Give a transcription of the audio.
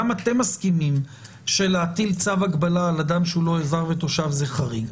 גם אתם מסכימים שלהטיל צו הגבלה על אדם שהוא לא אזרח ותושב זה חריג.